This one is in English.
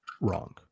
wrong